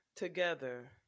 Together